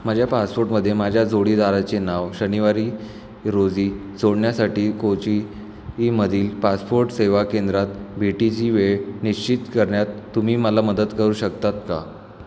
माझ्या पासपोर्टमध्ये माझ्या जोडीदाराचे नाव शनिवारी रोजी जोडण्यासाठी कोचीमधील पासपोर्ट सेवा केंद्रात भेटीची वेळ निश्चित करण्यात तुम्ही मला मदत करू शकता का